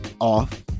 off